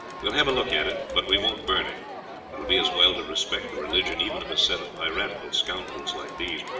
will have a look at it, but we won't burn it it will be as well to respect the religion, even of a set of piratical scoundrels like these.